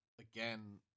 again